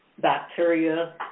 bacteria